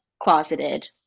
closeted